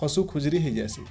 ହସ ଖୁସିରେ ହେଇ ଯାସି